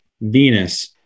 Venus